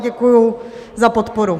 Děkuji za podporu.